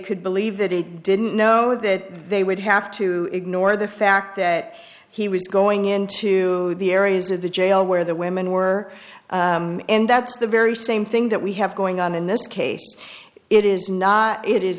could believe that he didn't know that they would have to ignore the fact that he was going into the areas of the jail where the women were and that's the very same thing that we have going on in this case it is not it is